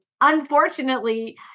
unfortunately